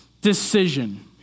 decision